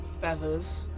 feathers